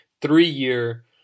three-year